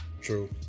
True